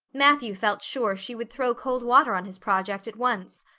matthew felt sure she would throw cold water on his project at once.